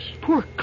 Poor